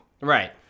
Right